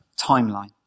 timeline